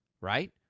Right